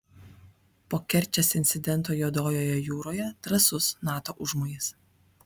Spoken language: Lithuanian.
po kerčės incidento juodojoje jūroje drąsus nato užmojis